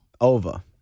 Over